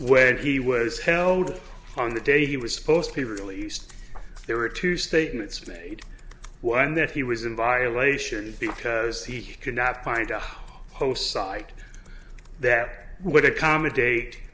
when he was held on the day he was supposed to be released there were two statements made one that he was in violation because he could not find a host site that would accommodate